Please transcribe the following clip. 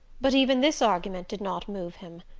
but even this argument did not move him.